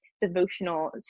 devotional